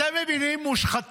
אתם מבינים, מושחתים?